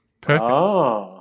Perfect